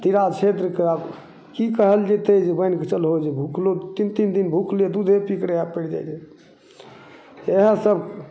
दिअरा क्षेत्रके कि कहल जेतै मानिके चलहो जे भुखलो तीन तीन दिन भुखले दूधे पीके रहै पड़ि जाइ छै इएहसब